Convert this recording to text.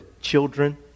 children